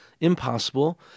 impossible